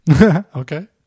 Okay